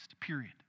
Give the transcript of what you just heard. period